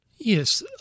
Yes